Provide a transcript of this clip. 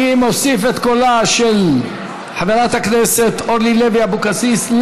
אני מוסיף את קולה של חברת הכנסת אורלי לוי אבקסיס,